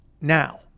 now